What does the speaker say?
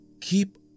keep